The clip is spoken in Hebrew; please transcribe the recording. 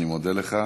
אני מודה לך.